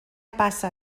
passa